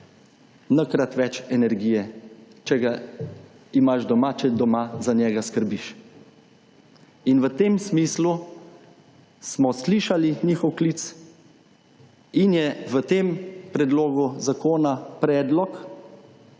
n-krat več energije, če ga imaš doma, če doma za njega skrbiš. In v tem smislu smo slišali njihov klic in je v tem Predlogu zakona predlog,